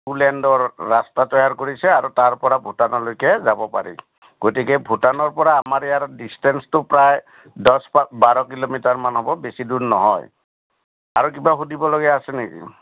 ফুল এণ্ডৰ ৰাস্তা তৈয়াৰ কৰিছে আৰু তাৰপৰা ভূটানলৈকে যাব পাৰি গতিকে ভূটানৰপৰা আমাৰ ইয়াৰ ডিচষ্টেঞ্চটো প্ৰায় দহ বাৰ কিলোমিটাৰমান হ'ব বেছি দূৰ নহয় আৰু কিবা সুধিবলগীয়া আছে নেকি